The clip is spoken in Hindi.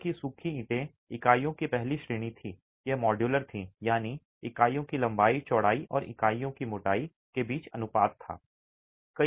सूर्य की सूखी ईंटें इकाइयों की पहली श्रेणी थीं ये मॉड्यूलर थीं यानी इकाइयों की लंबाई चौड़ाई और इकाइयों की मोटाई के बीच अनुपात था